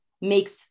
makes